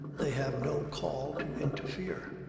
they have no call to interfere.